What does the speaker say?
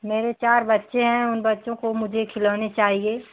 मेरे चार बच्चे हैं उन बच्चों को मुझे खिलौने चाहिये